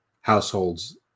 households